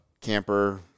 camper